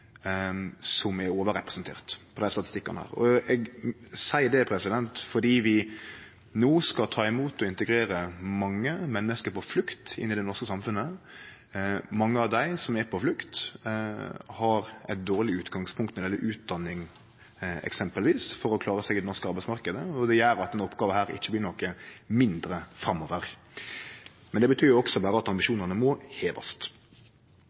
som er overrepresenterte på dei statistikkane. Eg seier det fordi vi no skal ta imot og integrere mange menneske på flukt, inn i det norske samfunnet. Mange av dei som er på flukt, har eit dårleg utgangspunkt når det gjeld eksempelvis utdanning for å klare seg i den norske arbeidsmarknaden, og det gjer at denne oppgåva ikkje blir noko mindre framover. Men det betyr også berre at ambisjonane må hevast.